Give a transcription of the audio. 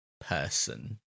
person